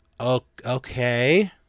Okay